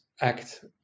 act